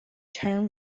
turn